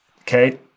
Okay